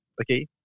okay